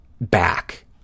back